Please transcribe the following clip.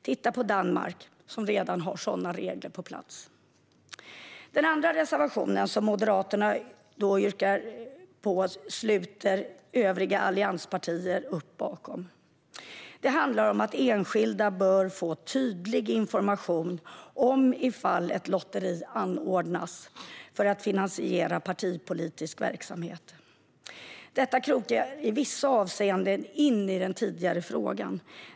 Titta på Danmark som redan har sådana regler på plats! Den andra reservationen, som Moderaterna yrkar bifall till, sluter övriga allianspartier upp bakom. Den handlar om att enskilda bör få tydlig information om ett lotteri anordnas för att finansiera partipolitisk verksamhet. Detta krokar i vissa avseenden in i den tidigare frågan.